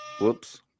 whoops